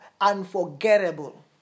unforgettable